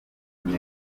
atatu